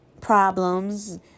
problems